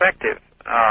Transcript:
effective